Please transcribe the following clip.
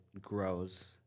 grows